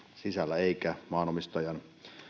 sisällä eikä maanomistajan